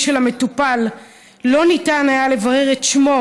של המטופל לא ניתן היה לברר את שמו,